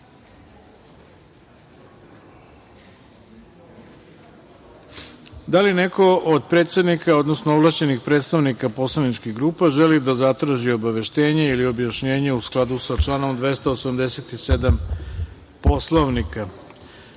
li neko od predsednika, odnosno ovlašćenih predstavnika poslaničkih grupa želi da zatraži obaveštenje ili objašnjenje u skladu sa članom 287. Poslovnika? Reč